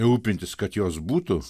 rūpintis kad jos būtų